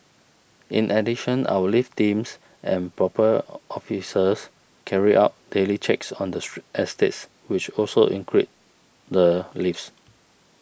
in addition our lift teams and proper officers carry out daily checks on the estates which also include the lifts